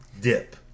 dip